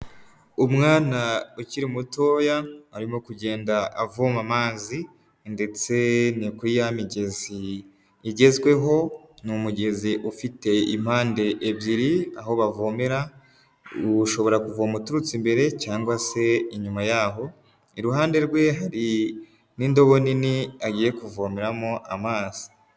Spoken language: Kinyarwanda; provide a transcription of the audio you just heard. Umwana ukiri mutoya arimo kugenda avoma amazi ndetse ni kuri ya migezi igezweho, ni umugezi ufite impande ebyiri aho bavomera. Ushobora kuvoma uturutse imbere cyangwa se inyuma yaho, iruhande rwe hari n'indobo nini agiye kuvomeramo amazi.